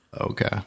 okay